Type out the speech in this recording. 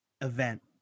event